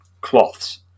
cloths